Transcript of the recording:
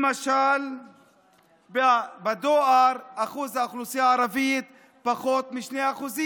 למשל בדואר אחוז האוכלוסייה הערבית הוא פחות מ-2%.